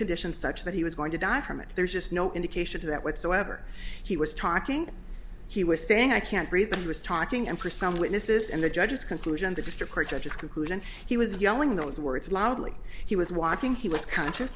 condition such that he was going to die from it there's just no indication of whatsoever that whether he was talking he was saying i can't breathe and he was talking and for some witnesses and the judges conclusion the district court judges concluded and he was yelling those words loudly he was walking he was conscious